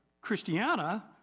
Christiana